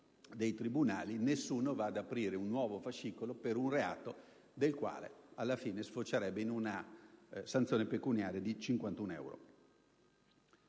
dei tribunali, nessuno aprirà un nuovo fascicolo per un reato che, alla fine, sfocerebbe in una sanzione pecuniaria di 51 euro.